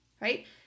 Right